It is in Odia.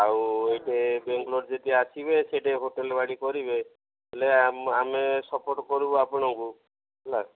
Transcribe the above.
ଆଉ ଏଇଠେ ବେଙ୍ଗାଲୋର ଯଦି ଆସିବେ ସେଠେ ହୋଟେଲ୍ ବାଡ଼ି କରିବେ ହେଲେ ଆମେ ସପୋର୍ଟ୍ କରିବୁ ଆପଣଙ୍କୁ ହେଲା